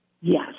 Yes